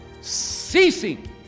ceasing